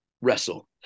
wrestle